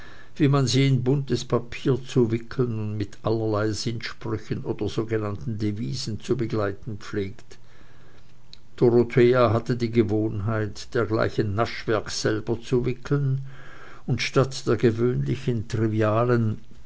wie man sie in buntes papier zu wickeln und mit allerlei sinnsprüchen oder sogenannten devisen zu begleiten pflegt dorothea hatte die gewohnheit dergleichen naschwerk selber zu wickeln und statt der gewöhnlichen trivialen